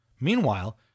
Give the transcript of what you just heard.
Meanwhile